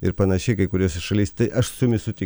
ir panašiai kai kuriose šalys tai aš su jumis suti